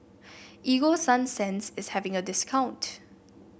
Ego Sunsense is having a discount